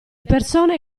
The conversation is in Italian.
persone